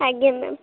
ଆଜ୍ଞା ମ୍ୟାମ୍